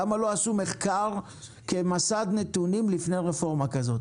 למה לא עשו מחקר כמסד נתונים לפני רפורמה כזאת?